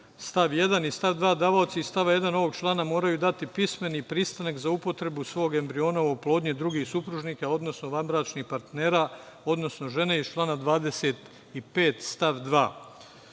stav 1. Stav 2. – davaoci iz stava 1. ovog člana moraju dati pismeni pristanak za upotrebu svog embriona u oplodnji drugih supružnika, odnosno vanbračnih partnera, odnosno žene iz člana 25. stav 2.Mi